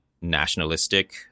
nationalistic